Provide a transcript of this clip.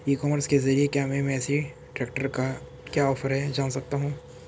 ई commerce के ज़रिए क्या मैं मेसी ट्रैक्टर का क्या ऑफर है जान सकता हूँ?